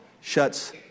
shuts